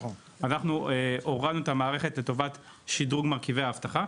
אז אנחנו הורדנו את המערכת לטובת שדרוג מרכיבי האבטחה.